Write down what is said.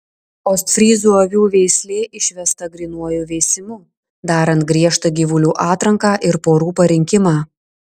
ostfryzų avių veislė išvesta grynuoju veisimu darant griežtą gyvulių atranką ir porų parinkimą